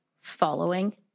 following